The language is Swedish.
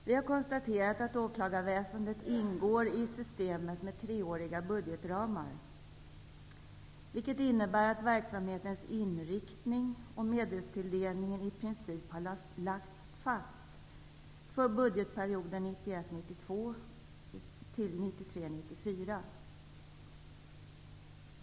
Vi har konstaterat att åklagarväsendet ingår i systemet med treåriga budgetramar, vilket innebär att verksamhetens inriktning och medelstilldelningen i princip har lagts fast för budgetperioden 1991 94.